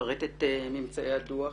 יפרט את ממצאי הדוח: